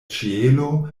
ĉielo